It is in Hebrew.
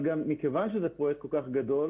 מכיוון שזה פרויקט כל כך גדול